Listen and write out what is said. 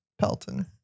Pelton